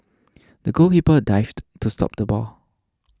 the goalkeeper dived to stop the ball